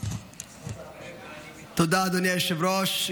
תודה, אדוני היושב-ראש.